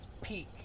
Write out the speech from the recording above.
peak